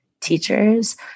teachers